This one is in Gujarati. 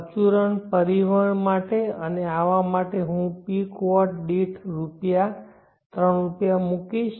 પરચુરણ પરિવહન માટે અને આવા માટે હું પીક વોટ દીઠ રૂપિયા 3 રૂપિયા મૂકીશ